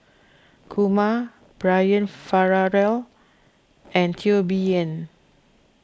Kumar Brian Farrell and Teo Bee Yen